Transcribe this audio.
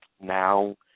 now